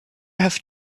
have